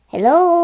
Hello